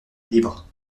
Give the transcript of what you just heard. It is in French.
libre